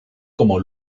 como